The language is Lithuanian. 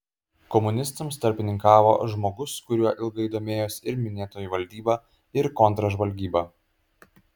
komunistams tarpininkavo žmogus kuriuo ilgai domėjosi ir minėtoji valdyba ir kontržvalgyba